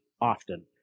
often